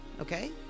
Okay